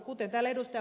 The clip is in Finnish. kuten täällä ed